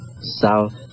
South